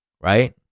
right